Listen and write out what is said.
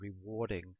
rewarding